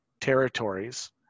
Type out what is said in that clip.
territories